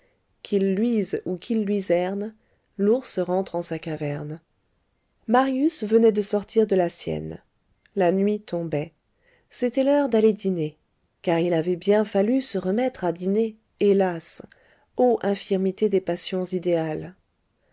qu'il luise ou qu'il luiserne l'ours rentre en sa caverne marius venait de sortir de la sienne la nuit tombait c'était l'heure d'aller dîner car il avait bien fallu se remettre à dîner hélas ô infirmités des passions idéales